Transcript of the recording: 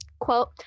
Quote